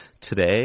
today